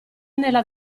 nella